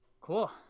Cool